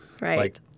Right